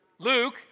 Luke